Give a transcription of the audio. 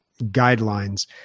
guidelines